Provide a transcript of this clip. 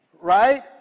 right